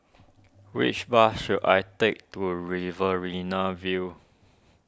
which bus should I take to Riverina View